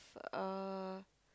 uh